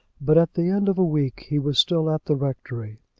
but at the end of a week he was still at the rectory.